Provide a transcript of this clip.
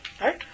Right